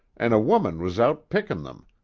an' a woman was out pickin' them,